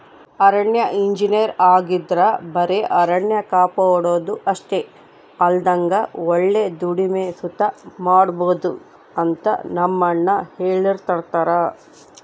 ಅರಣ್ಯ ಇಂಜಿನಯರ್ ಆಗಿದ್ರ ಬರೆ ಅರಣ್ಯ ಕಾಪಾಡೋದು ಅಷ್ಟೆ ಅಲ್ದಂಗ ಒಳ್ಳೆ ದುಡಿಮೆ ಸುತ ಮಾಡ್ಬೋದು ಅಂತ ನಮ್ಮಣ್ಣ ಹೆಳ್ತಿರ್ತರ